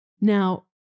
Now